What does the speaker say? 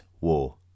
war